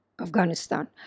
Afghanistan